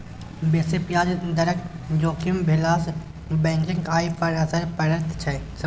बेसी ब्याज दरक जोखिम भेलासँ बैंकक आय पर असर पड़ैत छै